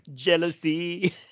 jealousy